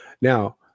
Now